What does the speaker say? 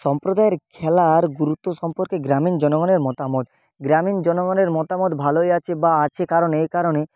সম্প্রদায়ের খেলার গুরুত্ব সম্পর্কে গ্রামীণ জনগণের মতামত গ্রামীণ জনগণের মতামত ভালোই আছে বা আছে কারণ এই কারণে